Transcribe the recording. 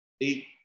eight